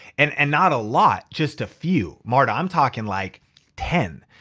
and and not a lot, just a few. marta, i'm talking like ten.